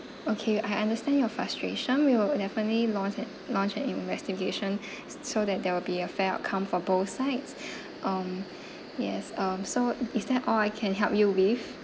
okay I understand your frustration we will definitely launch a launch an investigation so that there will be a fair outcome for both sides um yes um so is that all I can help you with